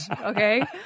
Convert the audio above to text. Okay